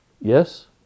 Yes